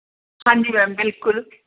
ਹਾਂਜੀ ਮੈਮ ਬਿਲਕੁਲ